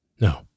No